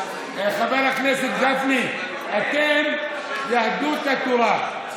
חבר הכנסת גפני, אתם, יהדות התורה,